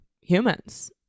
humans